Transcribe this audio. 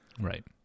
Right